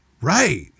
Right